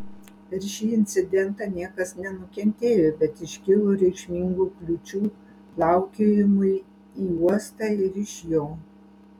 per šį incidentą niekas nenukentėjo bet iškilo reikšmingų kliūčių plaukiojimui į uostą ir iš jo